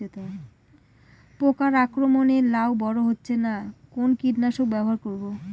পোকার আক্রমণ এ লাউ বড় হচ্ছে না কোন কীটনাশক ব্যবহার করব?